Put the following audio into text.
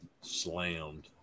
slammed